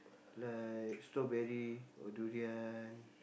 like strawberry or durian